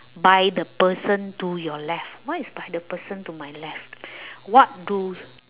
by the person to your left what is by the person to my left what do